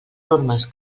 normes